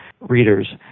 readers